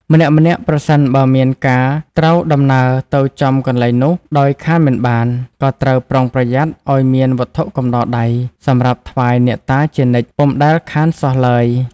ម្នាក់ៗប្រសិនបើមានការត្រូវដំណើរទៅចំកន្លែងនោះ ដោយខានមិនបាន ក៏ត្រូវប្រុងប្រយ័ត្នឲ្យមានវត្ថុកំដរដៃ សម្រាប់ថ្វាយអ្នកតាជានិច្ច ពុំដែលខានសោះឡើយ ។